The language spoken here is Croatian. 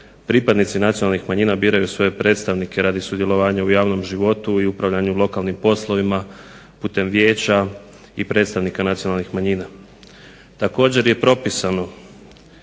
pripadnici nacionalnih manjina biraju svoje predstavnike radi sudjelovanja u javnom životu i upravljanju lokalnim poslovima putem vijeća i predstavnika nacionalnih manjina. Također je propisano